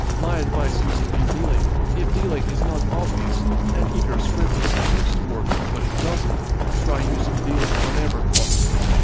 my advice using a delay if delay is not obvious and if your script is supposed to work but it doesn't try using delay whenever possible.